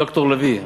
ד"ר לביא,